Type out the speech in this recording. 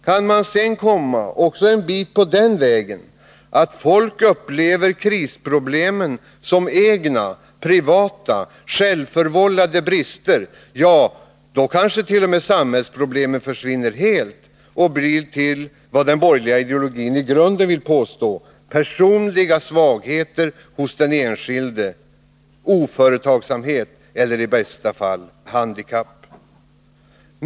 Kan man sedan också komma en bit på den vägen att folk upplever krisproblemen som egna, privata, självförvållade brister, ja, då kanske t.o.m. samhällsproblemen försvinner helt och blir till vad den borgerliga ideologin i grunden vill påstå — personliga svagheter hos den enskilde, oföretagsamhet eller i bästa fall handikapp.